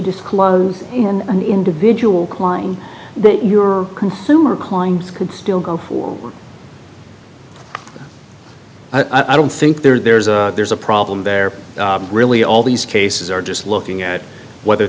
disclose in an individual klein that your consumer climbs could still go forward i don't think there's a there's a problem there really all these cases are just looking at whether